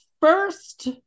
first